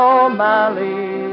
O'Malley